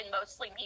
mostly